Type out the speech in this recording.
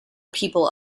people